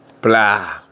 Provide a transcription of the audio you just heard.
blah